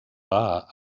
bar